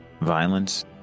violence